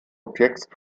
objekts